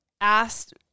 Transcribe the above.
asked –